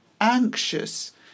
anxious